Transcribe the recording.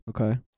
Okay